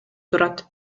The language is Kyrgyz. турат